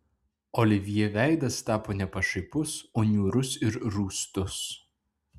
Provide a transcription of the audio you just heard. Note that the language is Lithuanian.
olivjė veidas tapo ne pašaipus o niūrus ir rūstus